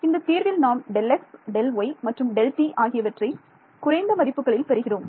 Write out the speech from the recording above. இந்தத் தீர்வில் நாம் Δx Δy மற்றும் Δt ஆகியவற்றை குறைந்த மதிப்புகளில் பெறுகிறோம்